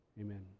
amen